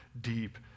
deep